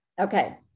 Okay